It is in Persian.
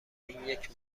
اینیک